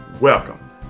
Welcome